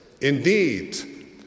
Indeed